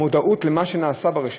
המודעות למה שנעשה ברשת.